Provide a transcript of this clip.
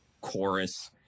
chorus